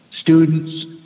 students